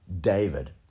David